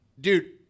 dude